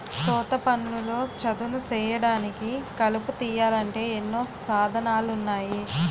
తోటపనుల్లో చదును సేయడానికి, కలుపు తీయాలంటే ఎన్నో సాధనాలున్నాయి